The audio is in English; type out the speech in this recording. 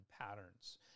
patterns